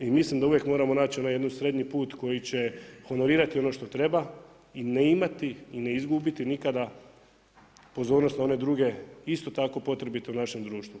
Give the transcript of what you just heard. I mislim da uvijek moramo naći onaj jedan srednji put, koji će honorirati ono što treba i ne imati i ne izgubiti nikada pozornost na one druge isto tako potrebite u našem društvu.